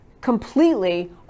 completely